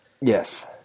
Yes